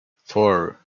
four